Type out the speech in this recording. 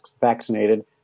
vaccinated